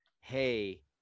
hey